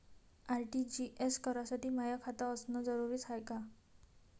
RTGS करासाठी माय खात असनं जरुरीच हाय का?